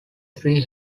three